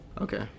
okay